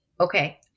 okay